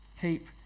Keep